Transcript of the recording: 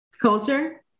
Culture